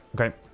okay